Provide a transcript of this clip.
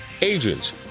agents